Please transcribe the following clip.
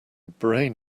brain